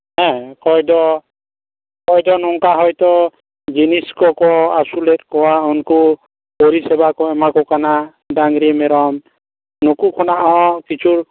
ᱦᱮᱸ ᱚᱠᱚᱭ ᱫᱚ ᱚᱠᱚᱭ ᱫᱚ ᱱᱚᱝᱠᱟ ᱦᱚᱭᱛᱳ ᱡᱤᱱᱤᱥ ᱠᱚᱠᱚ ᱟᱥᱩᱞᱮᱫ ᱠᱚᱣᱟ ᱩᱱᱠᱩ ᱯᱚᱨᱤᱥᱮᱵᱟ ᱠᱚ ᱮᱢᱟᱠᱚ ᱠᱟᱱᱟ ᱰᱟᱝᱨᱤ ᱢᱮᱨᱚᱢ ᱱᱩᱠᱩ ᱠᱚᱱᱟᱜ ᱦᱚᱸ ᱠᱤᱪᱷᱩ